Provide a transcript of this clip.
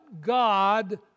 God